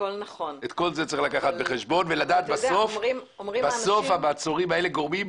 את כל זה צריך לקחת בחשבון ולדעת שבסוף המעצורים האלה גורמים,